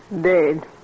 Dead